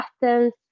patterns